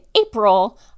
April